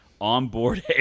onboard